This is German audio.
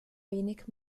wenig